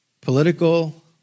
political